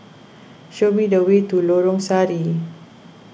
show me the way to Lorong Sari